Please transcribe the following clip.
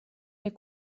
der